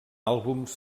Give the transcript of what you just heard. àlbums